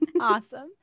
Awesome